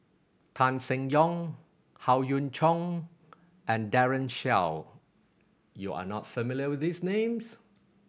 Tan Seng Yong Howe Yoon Chong and Daren Shiau you are not familiar with these names